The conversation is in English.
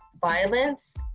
violence